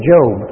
Job